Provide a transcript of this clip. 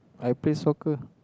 I play so good